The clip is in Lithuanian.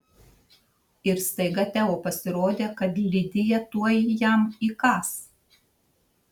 ir staiga teo pasirodė kad lidija tuoj jam įkąs